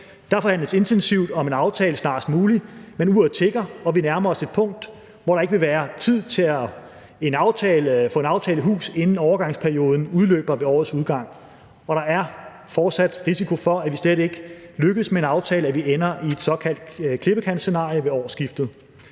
Der forhandles intensivt om en aftale snarest muligt, men uret tikker, og vi nærmer os et punkt, hvor der ikke vil være tid til få en aftale i hus, inden overgangsperioden udløber ved årets udgang. Der er fortsat risiko for, at vi slet ikke lykkes med en aftale – at vi ender i et såkaldt klippekantscenarie ved årsskiftet.